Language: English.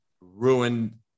ruined